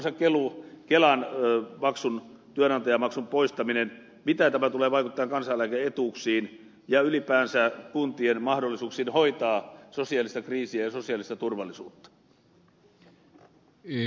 mitä muun muassa kelamaksun työnantajamaksun poistaminen tulee vaikuttamaan kansaneläke etuuksiin ja ylipäänsä kuntien mahdollisuuksiin hoitaa sosiaalista kriisiä ja sosiaalista turvallisuutta